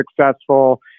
successful